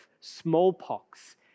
smallpox